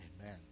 Amen